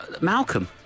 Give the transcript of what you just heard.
Malcolm